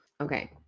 Okay